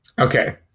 Okay